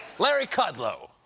larry kudlow.